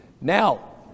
Now